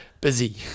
busy